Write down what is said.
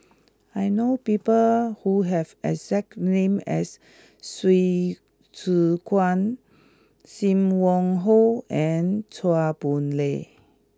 I know people who have the exact name as Hsu Tse Kwang Sim Wong Hoo and Chua Boon Lay